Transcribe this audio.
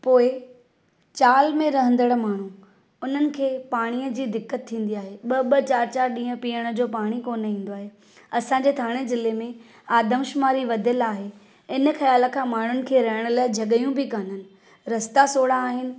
पोइ चाल में रहंदड़ माण्हू उन्हनि खे पाणीअ जी दिक़त थींदी आहे ॿ ॿ चारि चारि ॾींहं पीअण जो पाणी कोन ईंदो आहे असांजे थाणे ज़िले में आदमशुमारी वधियल आहे हिन ख़्यालु खां माण्हुनि खे रहण लाइ जॻहयूं बि काननि रस्ता सोड़ा आहिनि